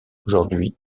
aujourd’hui